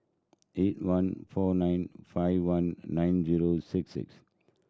eight one four nine five one nine zero six six